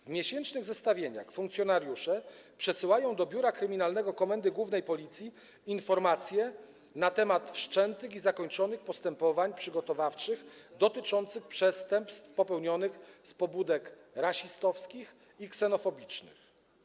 W miesięcznych zestawieniach funkcjonariusze przesyłają do Biura Kryminalnego Komendy Głównej Policji informacje na temat wszczętych i zakończonych postępowań przygotowawczych dotyczących przestępstw popełnionych z pobudek rasistowskich i ksenofobicznych.